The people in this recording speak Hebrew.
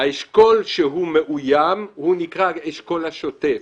האשכול שמאוים הוא האשכול השוטף.